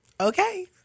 Okay